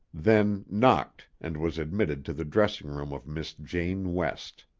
then knocked and was admitted to the dressing-room of miss jane west.